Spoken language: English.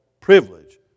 privilege